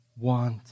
want